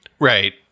Right